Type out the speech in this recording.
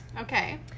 Okay